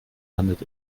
landet